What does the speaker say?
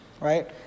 right